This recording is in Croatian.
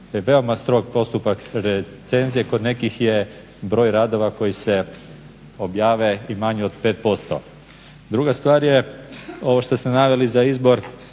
veoma strog postupak recenzije. Kod nekih je broj radova koji se objave i manji od 5%. Druga stvar je ovo što ste naveli za izbor